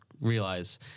realize